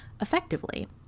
effectively